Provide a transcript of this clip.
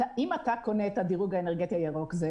אם אתה קונה את הדירוג האנרגטי הירוק זה